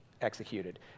executed